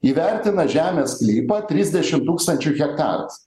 įvertina žemės sklypą trisdešim tūkstančių hektaras